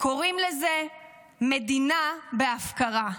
קוראים לזה מדינה בהפקרה.